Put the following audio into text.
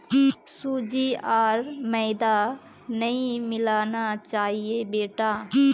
सूजी आर मैदा नई मिलाना चाहिए बेटा